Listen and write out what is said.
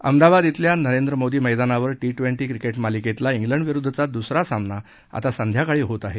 अहमदाबाद छिल्या नरेंद्र मोदी मैदानावर T twenty cricket मालिकेतला छिंडविरूद्वचा दुसरा सामना आता संध्याकाळी होत आहे